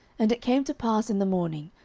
and it came to pass in the morning,